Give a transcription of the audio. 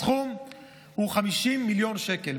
הסכום הוא 50 מיליון שקלים,